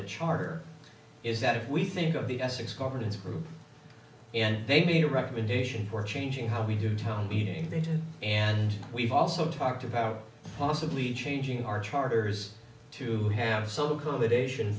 that charter is that if we think of the essex governance group and they made a recommendation for changing how we do town meeting into and we've also talked about possibly changing our charters to have some accommodation